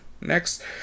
Next